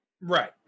Right